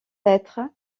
être